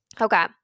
Okay